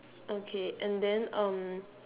okay and then um